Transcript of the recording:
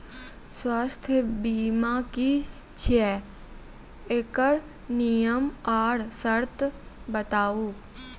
स्वास्थ्य बीमा की छियै? एकरऽ नियम आर सर्त बताऊ?